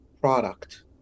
product